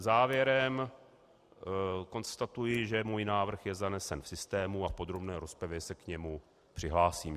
Závěrem konstatuji, že můj návrh je zanesen v systému, a v podrobné rozpravě se k němu přihlásím.